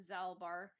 Zalbar